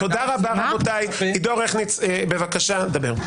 תודה רבה רבותי, עדו רכניץ בבקשה דבר.